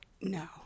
No